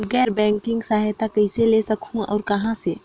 गैर बैंकिंग सहायता कइसे ले सकहुं और कहाँ से?